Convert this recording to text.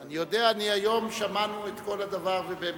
לא היו סימני אלימות.